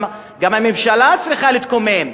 גם הממשלה צריכה להתקומם,